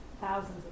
thousands